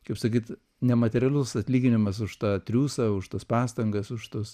kaip sakyt nematerialus atlyginimas už tą triūsą už tas pastangas uš tuos